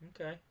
Okay